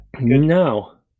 Now